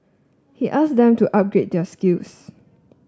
he asked them to upgrade their skills